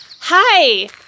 Hi